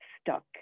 stuck